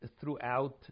throughout